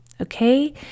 Okay